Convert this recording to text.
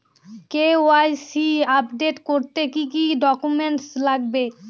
KYC update করতে কি কি ডকুমেন্টস লাগবে?